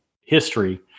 history